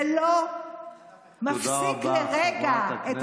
זה לא מפסיק לרגע, תודה רבה, חברת הכנסת סטרוק.